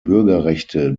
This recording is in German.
bürgerrechte